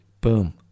boom